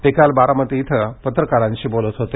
ते काल बारामती इथं पत्रकारांशी बोलत होते